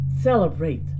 celebrate